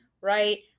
right